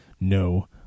No